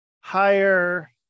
higher